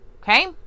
okay